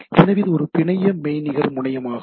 எனவே இது ஒரு பிணைய மெய்நிகர் முனையமாகும்